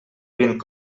vint